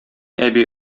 әби